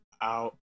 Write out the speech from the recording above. out